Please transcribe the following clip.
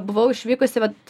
buvau išvykusi vat